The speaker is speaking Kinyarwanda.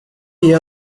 iyo